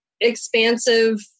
expansive